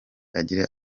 agira